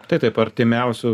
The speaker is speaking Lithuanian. tai taip artimiausių